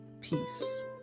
peace